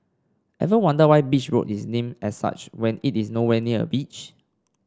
ever wonder why Beach Road is named as such when it is nowhere near a beach